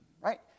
right